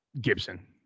Gibson